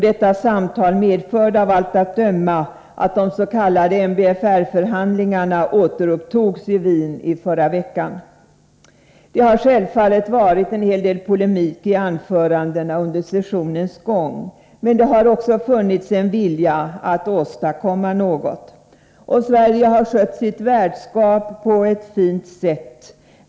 Detta samtal medförde av allt att döma att de s.k. MBFR-förhandlingarna återupptogs i Wien förra veckan. Det har självfallet varit en hel del polemik i anförandena under sessionens gång. Men det har också funnits en vilja att åstadkomma något. Sverige har skött sitt värdskap på ett fint sätt.